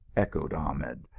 echoed ahmed.